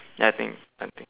ya I think I think